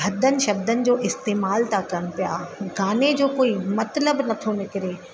भदन शब्दनि जो इस्तमाल था कनि पिया गाने जो कोई मतिलबु नथो निकिरे